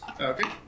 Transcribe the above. Okay